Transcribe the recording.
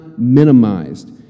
minimized